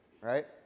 Right